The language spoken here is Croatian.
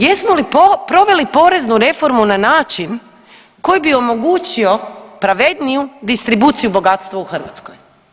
Jesmo li proveli poreznu reformu na način koji bi omogućio pravedniju distribuciju bogatstva u Hrvatskoj?